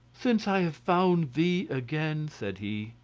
since i have found thee again, said he,